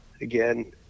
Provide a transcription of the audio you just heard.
again